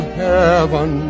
heaven